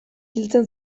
hiltzen